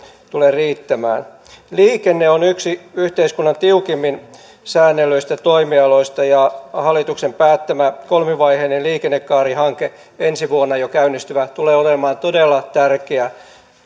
tule riittämään liikenne on yksi yhteiskunnan tiukimmin säännellyistä toimialoista ja hallituksen päättämä kolmivaiheinen liikennekaarihanke jo ensi vuonna käynnistyvä tulee olemaan todella tärkeä